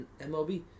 MLB